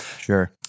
Sure